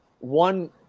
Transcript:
One